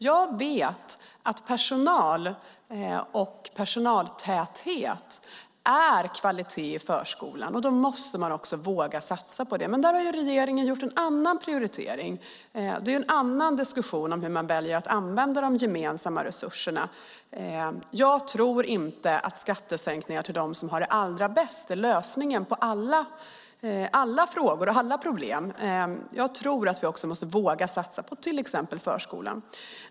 Jag vet att personal och personaltäthet är kvalitet i förskolan och att man måste våga satsa på detta, men där har regeringen gjort en annan prioritering. Det är en annan diskussion om hur man väljer att använda de gemensamma resurserna. Jag tror inte att skattesänkningar till dem som har det allra bäst är lösningen på alla frågor och alla problem. Jag tror att vi också måste våga satsa på till exempel förskolan.